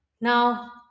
now